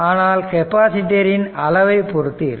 ஆனால் கெப்பாசிட்டரின் அளவைப் பொறுத்து இருக்கும்